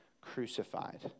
crucified